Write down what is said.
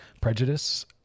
prejudice